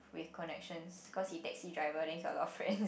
with connections cause he taxi driver then he got a lot of friends